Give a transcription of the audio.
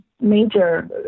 major